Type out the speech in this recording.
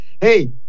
hey